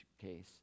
case